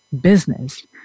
business